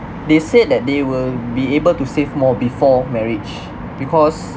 they said that they will be able to save more before marriage because